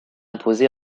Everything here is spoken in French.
imposé